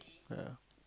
ya